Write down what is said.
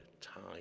time